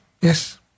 Yes